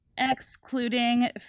excluding